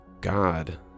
God